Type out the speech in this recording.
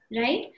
right